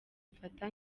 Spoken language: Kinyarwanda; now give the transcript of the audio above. mfata